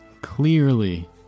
Clearly